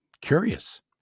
curious